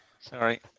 Sorry